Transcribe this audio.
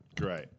great